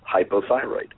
hypothyroid